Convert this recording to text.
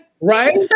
Right